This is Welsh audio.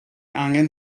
angen